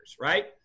right